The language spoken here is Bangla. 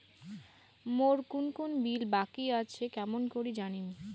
মোর কুন কুন বিল বাকি আসে কেমন করি জানিম?